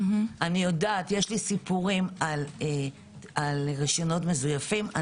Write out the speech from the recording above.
יש לי סיפורים על רשיונות מזויפים.